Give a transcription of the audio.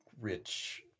rich